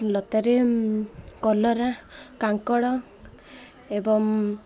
ଲତାରେ କଲରା କାଙ୍କଡ଼ ଏବଂ